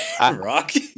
Rocky